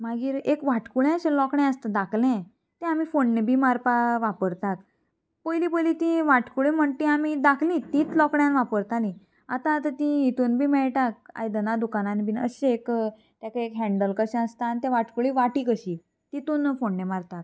मागीर एक वांटकुळें अशें लोकणें आसता दाखलें तें आमी फोण्णें बी मारपा वापरतात पयलीं पयलीं तीं वाटकुळी म्हण ती आमी दाखली तीच लोकड्यान वापरताली आतां आतां ती हितून बी मेळटा आयदनां दुकानान बीन अशें एक ताका एक हँडल कशें आसता आनी तें वाटकुळी वाटी कशी तितून फोण्णें मारतात